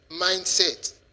mindset